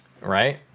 Right